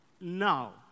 now